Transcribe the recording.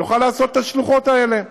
יוכל לעשות את השלוחות האלה.